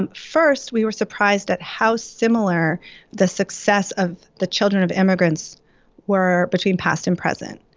and first, we were surprised at how similar the success of the children of immigrants were between past and present.